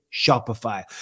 Shopify